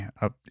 up